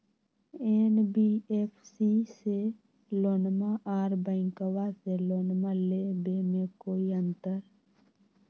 NBFC से लोनमा आर बैंकबा से लोनमा ले बे में कोइ अंतर?